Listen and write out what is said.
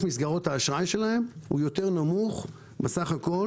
מסגרות האשראי נמוך יותר בסך הכול